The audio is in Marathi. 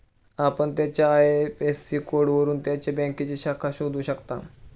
आपण त्याच्या आय.एफ.एस.सी कोडवरून त्याच्या बँकेची शाखा शोधू शकता